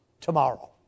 tomorrow